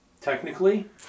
technically